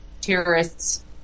terrorists